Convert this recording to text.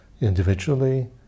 individually